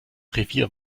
revier